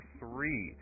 three